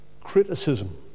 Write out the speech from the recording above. criticism